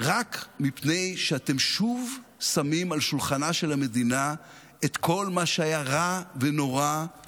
רק מפני שאתם שוב שמים על שולחנה של המדינה את כל מה שהיה רע ונורא,